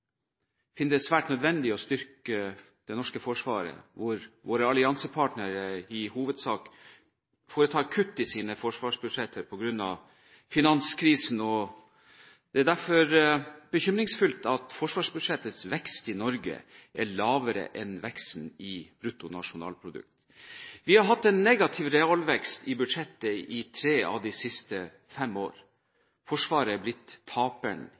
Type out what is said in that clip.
finner det svært nødvendig å styrke det norske forsvaret, da våre alliansepartnere i hovedsak foretar kutt i sine forsvarsbudsjetter på grunn av finanskrisen. Det er derfor bekymringsfullt at forsvarsbudsjettets vekst i Norge er lavere enn veksten i bruttonasjonalproduktet. Vi har hatt en negativ realvekst i budsjettet i tre av de siste fem år. Forsvaret er blitt taperen